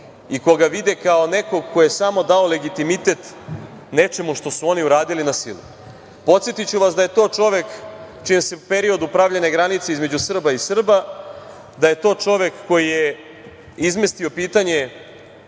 i koga vide kao neko ko je samo dao legitimitet nečemu što su oni uradili na silu. Podsetiću vas da je to čovek u čijem su periodu pravljene granice između Srba i Srba, da je to čovek koji je izmislio pitanje